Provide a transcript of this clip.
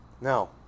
now